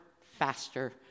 faster